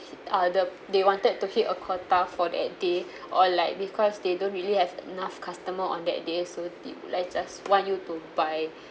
uh the they wanted to hit a quota for that day or like because they don't really have enough customer on that day so they like just want you to buy